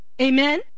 Amen